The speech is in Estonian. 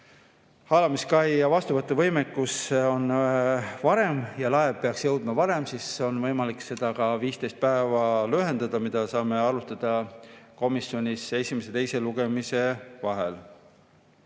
haalamiskai ja vastuvõtuvõimekus on olemas varem ja laev peaks jõudma kohale varem, siis on võimalik seda aega ka 15 päeva lühendada, mida saame arutada komisjonis esimese ja teise lugemise vahel.